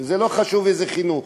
וזה לא חשוב איזה חינוך,